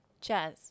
Jazz